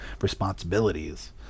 responsibilities